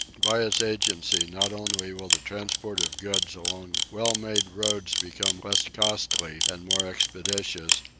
by its agency not only will the transport of goods along well-made roads become less costly and more expeditious,